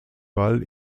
wall